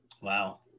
Wow